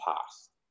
past